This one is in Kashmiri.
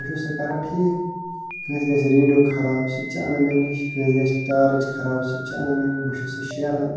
بہٕ چھُس سُہ کران ٹھیٖک کٲنسہِ گژھِ ریڈیو خراب سُہ تہِ چھُ انان مےٚ نِش کٲنسہِ گژھِ ٹارٕچ خراب سُہ تہِ چھُ انان مےٚ نِش بہٕ چھُس سُہ شیران